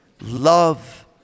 love